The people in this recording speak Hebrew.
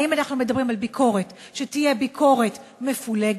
האם אנחנו מדברים על ביקורת שתהיה ביקורת מפולגת,